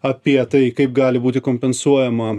apie tai kaip gali būti kompensuojama